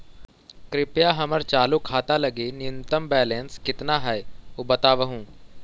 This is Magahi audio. कृपया हमर चालू खाता लगी न्यूनतम बैलेंस कितना हई ऊ बतावहुं